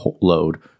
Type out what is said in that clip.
load